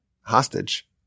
hostage